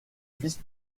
vice